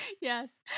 Yes